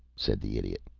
said the idiot.